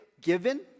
given